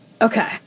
Okay